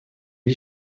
gli